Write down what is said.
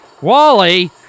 Wally